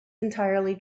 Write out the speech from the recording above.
entirely